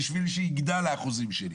בשביל שיגדל האחוזים שלי'.